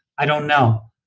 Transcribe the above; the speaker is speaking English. i don't know.